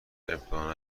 ابداع